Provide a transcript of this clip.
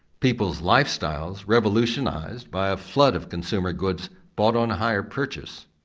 people's lifestyles revolutionised by a flood of consumer goods bought on hire-purchase,